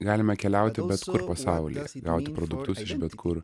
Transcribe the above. galime keliauti bet kur pasaulyje gauti produktus iš bet kur